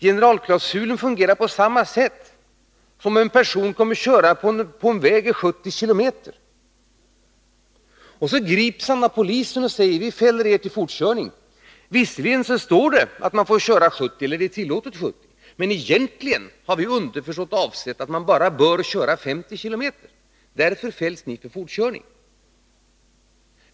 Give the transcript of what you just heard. Generalklausulen fungerar på samma sätt som i det fall när en person kommer körande på en väg i 70 km och grips av polisen, som säger: Vi fäller er för fortkörning. Visserligen står det att det är tillåtet med 70 km, men egentligen har vi underförstått avsett att man bara bör köra 50 km. Därför fälls ni för fortkörning.